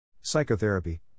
Psychotherapy